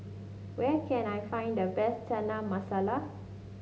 where can I find the best Chana Masala